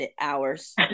hours